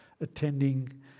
attending